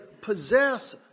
possess